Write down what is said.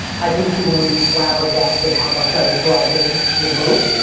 i think people would be flabbergasted how much i was driving the boat,